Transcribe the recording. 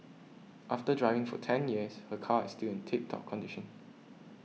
after driving for ten years her car is still in tip top condition